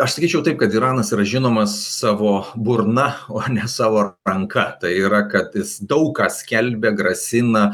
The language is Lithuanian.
aš sakyčiau taip kad iranas yra žinomas savo burna o ne savo ranka tai yra kad jis daug ką skelbia grasina